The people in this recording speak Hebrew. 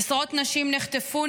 עשרות נשים נחטפו,